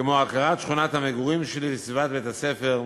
הכרת שכונת המגורים שלי וסביבת בית-הספר,